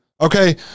Okay